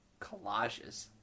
collages